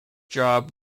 job